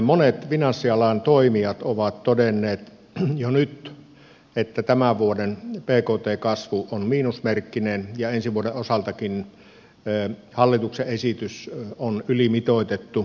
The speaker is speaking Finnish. monet finanssialan toimijat ovat todenneet jo nyt että tämän vuoden bkt kasvu on miinusmerkkinen ja ensi vuoden osaltakin hallituksen esitys on ylimitoitettu